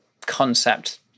concept